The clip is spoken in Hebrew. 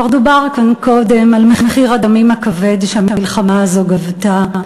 כבר דובר כאן קודם על מחיר הדמים הכבד שהמלחמה הזו גבתה,